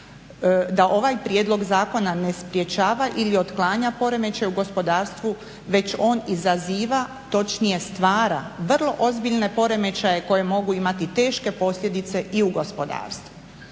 da ovaj prijedlog zakona ne sprečava ili otklanja poremećaj u gospodarstvu već on izaziva točnije stvara vrlo ozbiljne poremećaje koje mogu imati teške posljedice i u gospodarstvu.